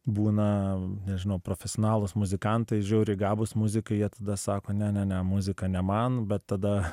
būna nežinau profesionalūs muzikantai žiauriai gabūs muzikai jie tada sako ne ne ne muzika ne man bet tada